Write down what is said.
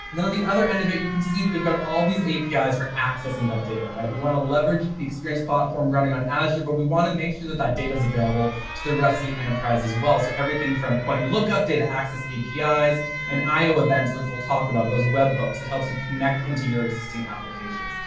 then on the other end of it, you can see that we've got all these apis for accessing that data. we want to leverage the experience platform running on azure, but we want to make sure that that data is available to the rest of the enterprise as well. so everything from point look up data access apis, ah and i o events which we'll talk about, those web hooks that helps you connect into your existing applications.